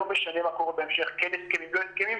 לא משנה מה קורה בהמשך, כן הסכמים, לא הסכמים,